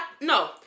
no